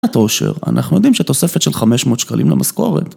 את עושר, אנחנו יודעים שתוספת של 500 שקלים למזכורת